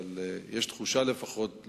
אבל יש תחושה לא נוחה,